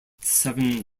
seven